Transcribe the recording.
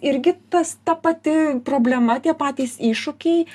irgi tas ta pati problema tie patys iššūkiai